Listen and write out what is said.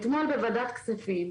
אתמול בוועדת הכספים,